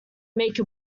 make